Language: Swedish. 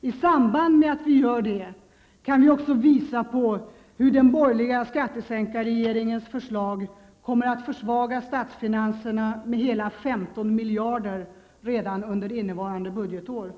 I samband med att vi gör det kan vi också visa på hur den borgerliga skattesänkarregeringens förslag kommer att försvaga statsfinanserna med hela 15 miljarder redan under innevarande budgetår.